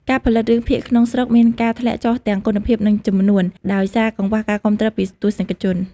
ការផលិតរឿងភាគក្នុងស្រុកមានការធ្លាក់ចុះទាំងគុណភាពនិងចំនួនដោយសារកង្វះការគាំទ្រពីទស្សនិកជន។